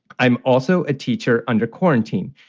i'm also a teacher under quarantine.